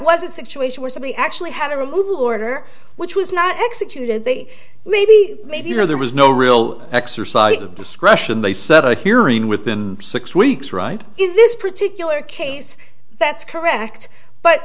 was a situation where somebody actually had a removal order which was not executed they maybe maybe you know there was no real exercise of discretion they set a hearing within six weeks right in this particular case that's correct but